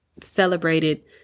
celebrated